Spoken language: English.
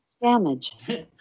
damage